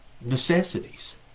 necessities